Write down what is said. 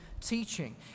teaching